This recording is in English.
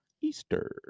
Easter